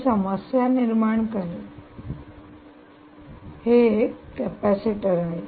हे समस्या निर्माण करेल हे एक कॅपेसिटर आहे